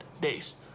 days